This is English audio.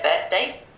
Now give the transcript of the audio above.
birthday